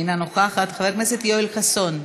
אינה נוכחת, חבר הכנסת יואל חסון,